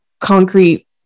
concrete